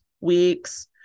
weeks